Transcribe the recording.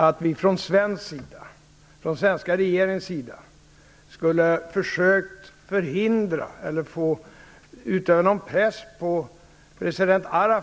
Att vi från den svenska regeringens sida skulle ha försökt förhindra president Arafat eller utöva press på honom